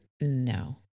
No